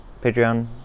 Patreon